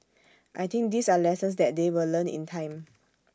I think these are lessons that they will learn in time